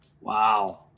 Wow